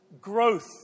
growth